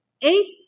Eight